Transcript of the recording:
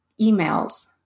emails